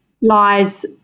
lies